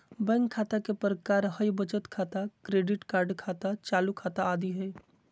bank खता के प्रकार हइ बचत खाता, क्रेडिट कार्ड खाता, चालू खाता आदि हइ